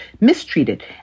mistreated